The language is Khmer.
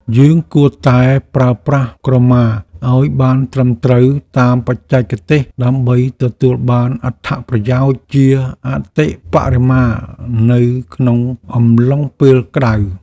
យើងគួរតែប្រើប្រាស់ក្រមាឱ្យបានត្រឹមត្រូវតាមបច្ចេកទេសដើម្បីទទួលបានអត្ថប្រយោជន៍ជាអតិបរមានៅក្នុងអំឡុងពេលក្តៅ។